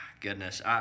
goodness